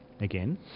again